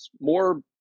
more